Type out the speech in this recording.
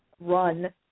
run